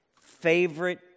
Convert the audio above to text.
favorite